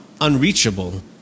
unreachable